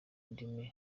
ndimi